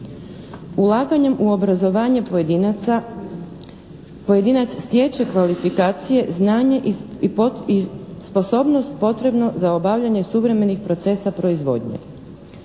Ulaganjem u obrazovanje pojedinaca, pojedinac stječe kvalifikacije, znanje i sposobnost potrebnu za obavljanje suvremenih procesa proizvodnje.